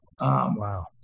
Wow